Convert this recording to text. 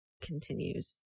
continues